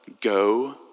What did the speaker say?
Go